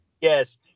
Yes